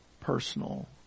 personal